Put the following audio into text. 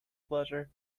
pleasure